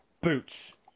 boots